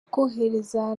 twohereza